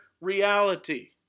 reality